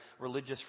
religious